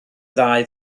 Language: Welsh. ddau